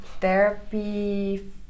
therapy